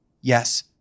yes